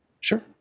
Sure